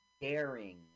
daring